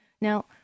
Now